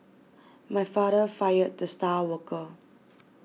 my father fired the star worker